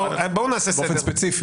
חברים, בואו נעשה סדר.